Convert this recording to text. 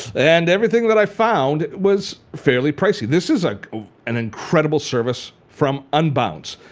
and everything that i found was fairly pricey. this is like an incredible service from unbounce.